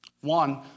One